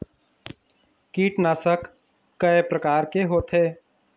कीटनाशक कय प्रकार के होथे?